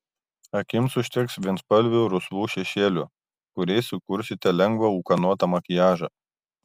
akims užteks vienspalvių rusvų šešėlių kuriais sukursite lengvą ūkanotą makiažą